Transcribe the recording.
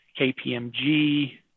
KPMG